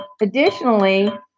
Additionally